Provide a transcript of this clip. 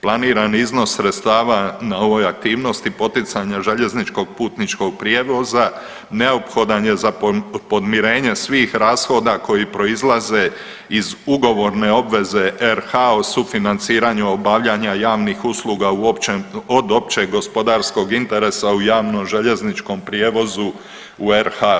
Planirani iznos sredstava na ovoj aktivnosti poticanje željezničkog putničkog prijevoza neophodan je za podmirenje svih rashoda koji proizlaze iz ugovorne obveze RH o sufinanciranju obavljanja javnih usluga u općem, od općeg gospodarskog interesa u javno željezničkom prijevozu u RH.